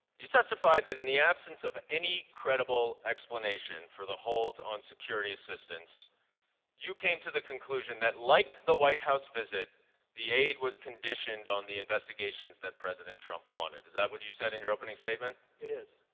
you testified that in the absence of any credible explanation for the cold on security systems you came to the conclusion that like the white house visit the aide was conditioned on the investigations that president trump wanted is that what you said in your opening statement? it is.